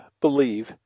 believe